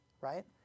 Right